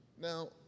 Now